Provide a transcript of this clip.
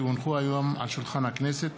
כי הונחו היום על שולחן הכנסת,